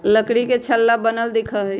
लकड़ी पर छल्ला बनल दिखा हई